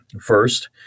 First